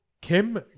Kim